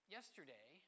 Yesterday